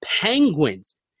Penguins –